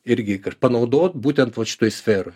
irgi kad panaudot būtent šitoj sferoj